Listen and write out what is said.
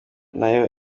nayo